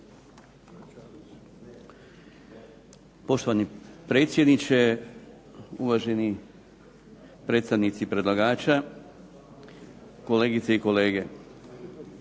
Poštovani predsjedniče, uvaženi predstavnici predlagača, kolegice i kolege.